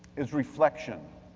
is reflection.